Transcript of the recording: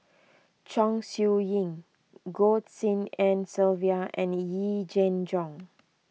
Chong Siew Ying Goh Tshin En Sylvia and Yee Jenn Jong